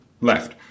left